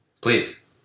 Please